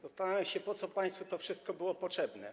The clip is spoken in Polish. Zastanawiam się, po co państwu to wszystko było potrzebne.